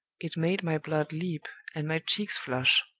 it made my blood leap, and my cheeks flush.